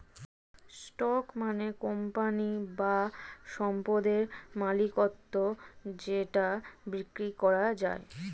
stock মানে company বা সম্পদের মালিকত্ব যেটা বিক্রি করা যায়